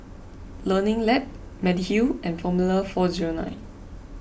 Learning Lab Mediheal and formula four zero nine